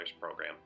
Program